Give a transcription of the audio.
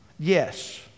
Yes